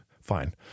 fine